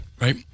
right